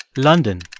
london,